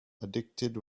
addicted